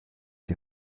die